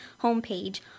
homepage